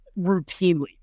routinely